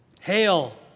Hail